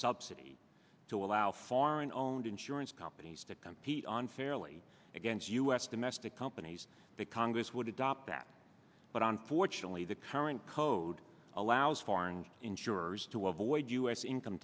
subsidy to allow foreign owned insurance companies to compete on fairly against u s domestic companies the congress would adopt that but unfortunately the current code allows foreign insurers to avoid us income